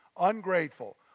Ungrateful